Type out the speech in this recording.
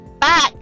back